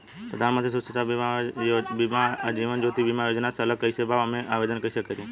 प्रधानमंत्री सुरक्षा बीमा आ जीवन ज्योति बीमा योजना से अलग कईसे बा ओमे आवदेन कईसे करी?